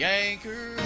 anchor